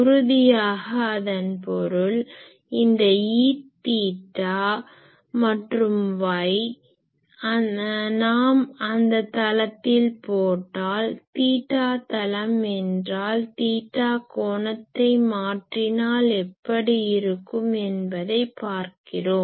உறுதியாக அதன் பொருள் இந்த Eθ மற்றும் y நாம் அந்த தளத்தில் போட்டால் தீட்டா தளம் என்றால் தீட்டா கோணத்தை மாற்றினால் எப்படியிருக்கும் என்பதை பார்க்கிறோம்